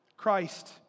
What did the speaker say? Christ